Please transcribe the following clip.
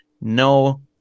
no